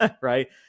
right